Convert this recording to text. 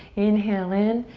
inhale in,